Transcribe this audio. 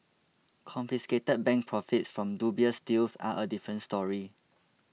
confiscated bank profits from dubious deals are a different story